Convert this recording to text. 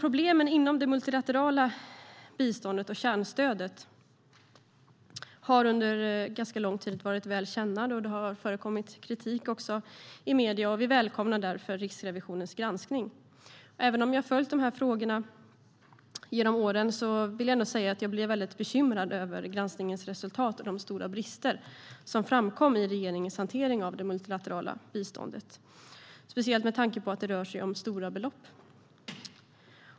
Problemen inom det multilaterala biståndet och kärnstödet har under en längre tid varit väl kända och det har också förekommit kritik i medierna. Vi välkomnar därför Riksrevisionens granskning. Även om jag har följt frågan genom åren måste jag säga att jag blev väldigt bekymrad över granskningens resultat och de stora brister som framkom i regeringens hantering av de multilaterala biståndet, speciellt med tanke på att det rör sig om stora belopp.